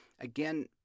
Again